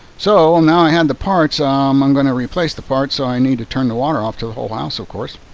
so now i had the parts um i'm going to replace the part. i need to turn the water off to the whole house of course.